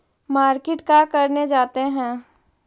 Market का करने जाते हैं?